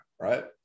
right